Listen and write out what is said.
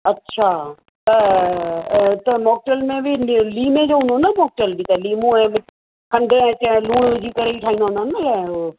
अच्छा त त मॉक्टेल में बि ली लीमें जो हुंदो न मॉक्टेल भी त लीमों ऐं मिक्स खंडु ऐं च लूण विझी करे ई ठाहींदा हुंदा न ओ